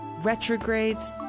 retrogrades